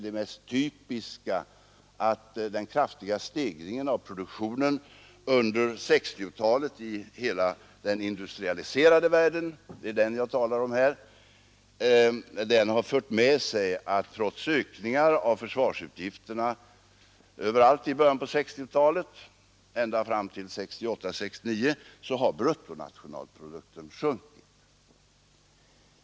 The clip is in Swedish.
Det är det mest typiska att den kraftiga stegringen av produktionen under 1960-talet i hela den industrialiserade världen — det är den jag talar om här — har fört med sig att, trots ökningar av försvarsutgifterna överallt i början av 1960-talet och ända fram till 1968-1969, har försvarets andel av bruttonationalprodukten sjunkit.